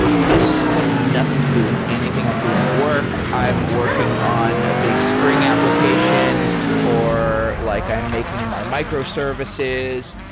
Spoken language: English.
this has nothing to do with anything i'm doing at work. i'm working on a big spring application or like i'm making my microservices.